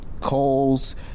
calls